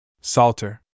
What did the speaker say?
Salter